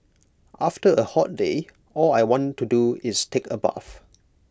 after A hot day all I want to do is take A bath